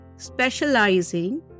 specializing